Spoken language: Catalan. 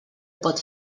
pot